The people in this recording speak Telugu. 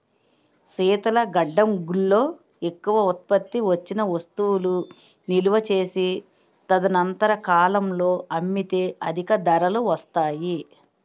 శీతల గడ్డంగుల్లో ఎక్కువ ఉత్పత్తి వచ్చిన వస్తువులు నిలువ చేసి తదనంతర కాలంలో అమ్మితే అధిక ధరలు వస్తాయి